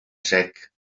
sec